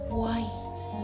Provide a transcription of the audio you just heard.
white